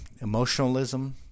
emotionalism